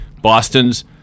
boston's